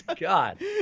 God